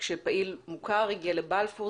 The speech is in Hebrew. פעיל מוכר הגיע לבלפור,